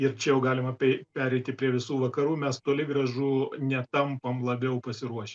ir čia jau galima pereiti prie visų vakarų mes toli gražu netampam labiau pasiruošę